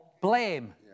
blame